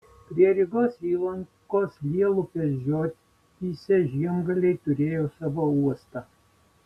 prie rygos įlankos lielupės žiotyse žemgaliai turėjo savo uostą